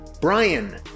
Brian